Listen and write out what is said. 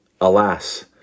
Alas